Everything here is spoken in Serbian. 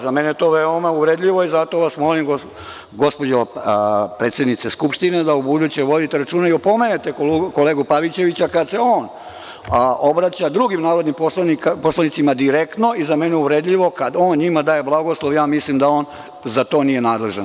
Za mene je to veoma uvredljivo i zato vas molim, gospođo predsednice Skupštine, da ubuduće vodite računa i opomenete kolegu Pavićevića kad se on obraća drugim narodnim poslanicima direktno, jer je za mene uvredljivo kad on njima daje blagoslov, ja mislim da on za to nije nadležan.